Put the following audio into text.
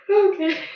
okay